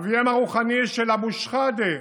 אביהם הרוחני של אבו שחאדה